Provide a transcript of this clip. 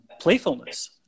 playfulness